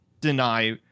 deny